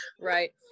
right